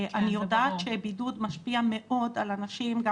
אני יודעת שבידוד משפיע מאוד על אנשים גם